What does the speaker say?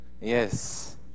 Yes